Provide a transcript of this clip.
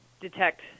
detect